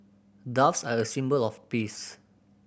doves are a symbol of peace